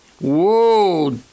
Whoa